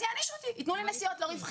אז יענישו אותי, יתנו לי נסיעות לא רווחיות.